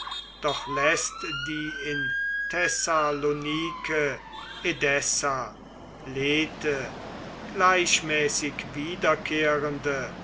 doch läßt die in thessalonike edessa lete gleichmäßig wiederkehrende